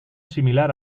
similar